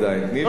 עדיין.